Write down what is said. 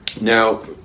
Now